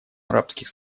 арабских